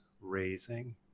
raising